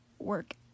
work